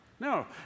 No